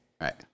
right